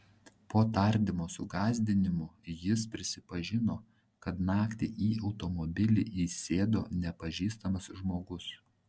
po tardymo su gąsdinimų jis prisipažino kad naktį į automobilį įsėdo nepažįstamas žmogus